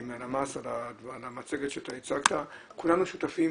הלמ"ס, על המצגת שהצגת, כולנו שותפים